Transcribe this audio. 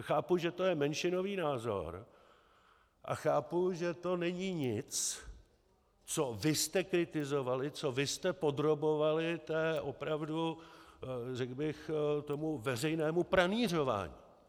Chápu, že to je menšinový názor, a chápu, že to není nic, co vy jste kritizovali, co vy jste podrobovali té opravdu, řekl bych, tomu veřejnému pranýřování.